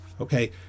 Okay